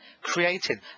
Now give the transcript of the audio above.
created